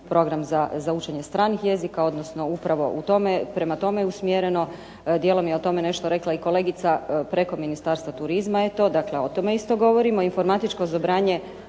program za učenje stranih jezika, odnosno upravo prema tome je usmjereno. Dijelom je o tome nešto rekla i kolegica preko Ministarstva turizma je to, dakle o tome isto govorimo. Informatičko obrazovanje